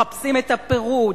מחפשים את הפירוד,